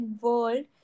world